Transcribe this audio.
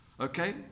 okay